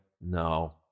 no